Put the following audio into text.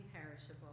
imperishable